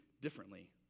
differently